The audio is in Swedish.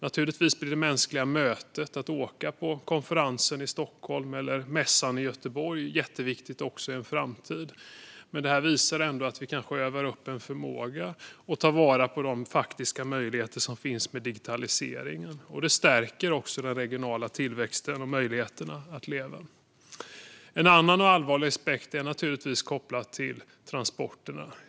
Naturligtvis är det mänskliga mötet, att åka på konferensen i Stockholm eller mässan i Göteborg, jätteviktigt också i framtiden, men det här visar ändå att vi kanske kan öva upp en förmåga att ta vara på de faktiska möjligheter som finns med digitaliseringen. Det stärker också den regionala tillväxten och möjligheterna att leva. En annan allvarlig aspekt är naturligtvis kopplad till transporterna.